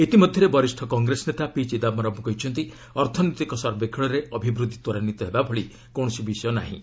ଇତିମଧ୍ୟରେ ବରିଷ୍ଠ କଂଗ୍ରେସ ନେତା ପି ଚିଦାୟରମ୍ କହିଛନ୍ତି ଅର୍ଥନୈତିକ ସର୍ବେକ୍ଷଣରେ ଅଭିବୃଦ୍ଧି ତ୍ୱରାନ୍ୱିତ ହେବା ଭଳି କୌଣସି ବିଷୟ ନାହିଁ